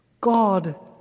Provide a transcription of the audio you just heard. God